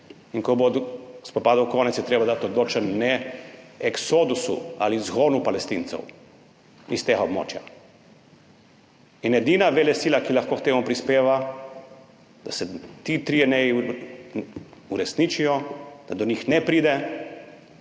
In ko bo spopadov konec, je treba dati odločen ne eksodusu ali izgonu Palestincev s tega območja. In edina velesila, ki lahko k temu prispeva, da se ti trije ne-ji uresničijo, da do njih ne pride,